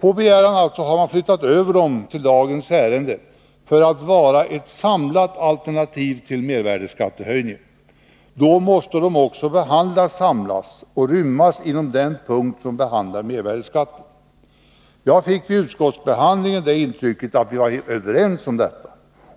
På begäran har de i stället flyttats över till dagens ärenden för att vara ett samlat alternativ till mervärdeskattehöjningen. Då måste de också behandlas samlat och rymmas inom den punkt som behandlar mervärdeskatten. Jag fick vid utskottsbehandlingen intrycket att vi var helt överens om detta.